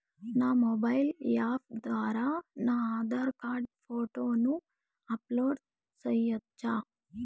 నా mobile app ద్వారా నా ఆధార్ కార్డు ఫోటోను అప్లోడ్ సేయొచ్చా?